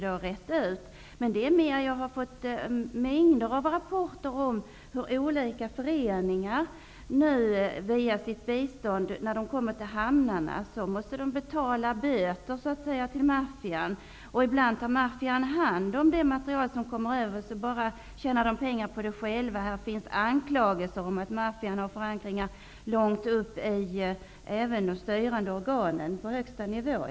Jag har också fått många rapporter om att olika hjälpföreningar vid hamnarna via sitt bistånd måste betala ''böter'' till maffian. Ibland tar maffian själv hand om det som skall delas ut till hjälp och tjänar pengar på detta. Det finns anklagelser om att maffian i dessa tre länder har förgreningar långt upp i de styrande organen på högsta nivå.